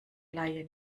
laie